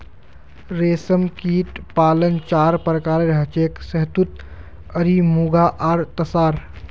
रेशमकीट पालन चार प्रकारेर हछेक शहतूत एरी मुगा आर तासार